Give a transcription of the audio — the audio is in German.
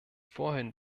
vorhin